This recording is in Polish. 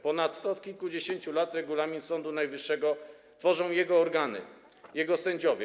Ponadto od kilkudziesięciu lat regulamin Sądu Najwyższego tworzą jego organy, jego sędziowie.